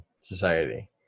society